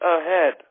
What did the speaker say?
ahead